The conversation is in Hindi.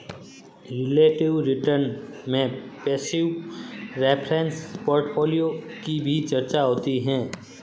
रिलेटिव रिटर्न में पैसिव रेफरेंस पोर्टफोलियो की भी चर्चा होती है